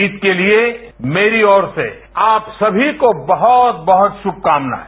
ईद के लिए मेरी ओर से आप सभी को बहुत बहुत शुभकामनाएं